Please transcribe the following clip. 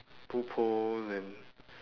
two poles and